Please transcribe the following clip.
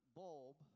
bulb